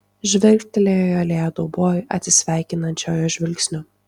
žvilgtelėjo į alėją dauboj atsisveikinančiojo žvilgsniu